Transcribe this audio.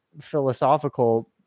philosophical